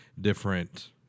different